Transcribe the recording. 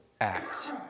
act